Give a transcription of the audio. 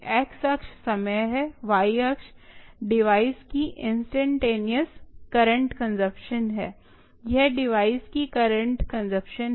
x अक्ष समय है y अक्ष डिवाइस की इंस्टैंटनेयस करंट कोन्सुम्प्शन है यह डिवाइस की करंट कोन्सुम्प्शन है